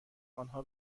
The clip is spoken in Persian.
آنها